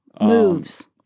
moves